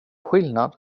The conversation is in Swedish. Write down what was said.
skillnad